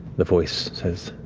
the voice says,